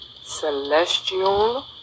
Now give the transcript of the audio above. celestial